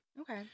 Okay